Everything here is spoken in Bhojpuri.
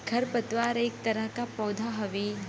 खर पतवार एक तरह के पौधा हउवे